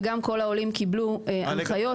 וגם כל העולים קיבלו הנחיות,